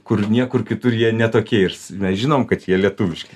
kurių niekur kitur jie ne tokie iš mes žinom kad jie lietuviški